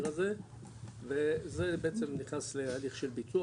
הזה וזה בעצם נכנס להליך של ביצוע,